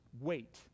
wait